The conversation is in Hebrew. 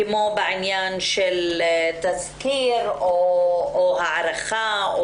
כמו בעניין של תזכיר או הערכה.